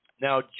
Now